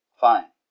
Fine